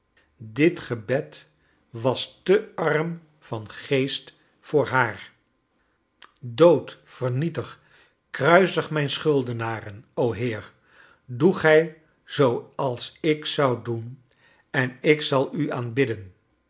dit gebed was te arm van geest voor haar dood vernietig kruisig mijn schuldenaren o heer doe grij zooals ik zou doen en ik zal u aanbidden